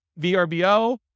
VRBO